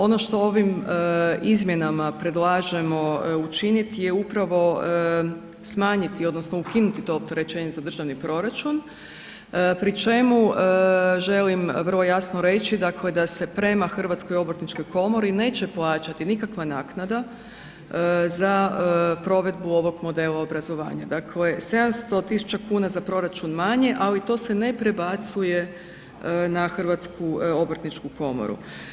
Ono što ovim izmjenama predlažemo učiniti je upravo smanjiti odnosno ukinuti to opterećenje za državni proračun, pri čemu želim vrlo jasno reći dakle da se prema Hrvatskoj obrtničkoj komori neće plaćati nikakva naknada za provedbu ovog modela obrazovanja, dakle 700 000 kn za proračun manje ali to se ne prebacuje na Hrvatsku obrtničku komoru.